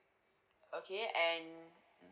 okay and